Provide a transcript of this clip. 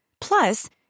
Plus